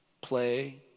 play